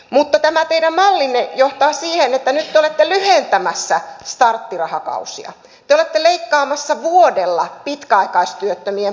mutta tämä teidän mallinne johtaa siihen että nyt te olette lyhentämässä starttirahakausia ja te olette leikkaamassa vuodella pitkäaikaistyöttömien palkkatukijaksoa